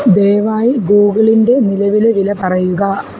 ദയവായി ഗൂഗിളിന്റെ നിലവിലെ വില പറയുക